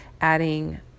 adding